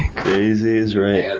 crazy is right.